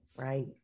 Right